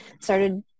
started